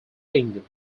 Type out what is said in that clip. kingdom